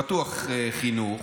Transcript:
בטוח חינוך.